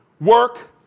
Work